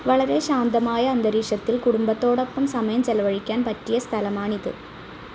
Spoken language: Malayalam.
വളരെ ശാന്തമായ അന്തരീക്ഷത്തിൽ കുടുംബത്തോടൊപ്പം സമയം ചെലവഴിക്കാൻ പറ്റിയ സ്ഥലമാണിത്